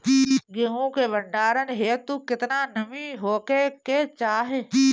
गेहूं के भंडारन हेतू कितना नमी होखे के चाहि?